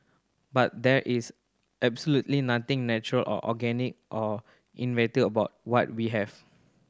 but there is absolutely nothing natural or organic or inevitable about what we have